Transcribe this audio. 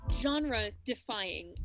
genre-defying